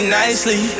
nicely